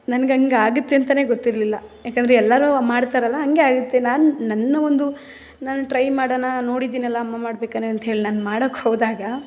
ನನ್ಗೆ ಹಂಗೆ ಆಗುತ್ತೆ ಅಂತಲೇ ಗೊತ್ತಿರಲಿಲ್ಲ ಯಾಕೆಂದರೆ ಎಲ್ಲರೂ ಮಾಡ್ತಾರಲ್ಲ ಹಂಗೆ ಆಗುತ್ತೆ ನಾನು ನನ್ನ ಒಂದು ನಾನು ಟ್ರೈ ಮಾಡೋಣ ನೋಡಿದ್ದೀನಲ್ಲ ಅಮ್ಮ ಮಾಡ್ಬೇಕಾದ್ರೆ ಅಂತ ಹೇಳಿ ನಾನು ಮಾಡೋಕೆ ಹೋದಾಗ